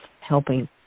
helping